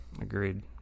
Agreed